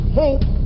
hope